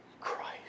Christ